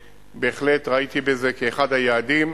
בהחלט ראיתי בזה אחד היעדים,